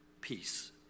peace